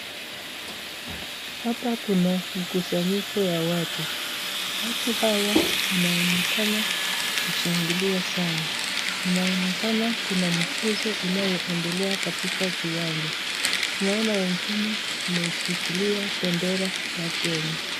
Hapa kuna mkusanyiko ya watu, watu hawa wanaonekana kushangilia sana. Inaonekana kuna mchezo inayoendelea katika kiwanja, tunaona wengine wameishikilia bendera ya Kenya.